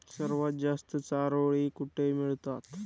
सर्वात जास्त चारोळी कुठे मिळतात?